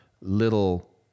little